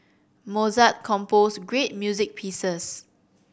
Mozart composed great music pieces